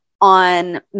On